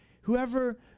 Whoever